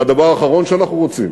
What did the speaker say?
והדבר האחרון שאנחנו רוצים